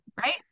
right